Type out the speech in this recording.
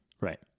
Right